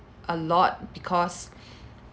a lot because